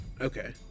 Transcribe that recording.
Okay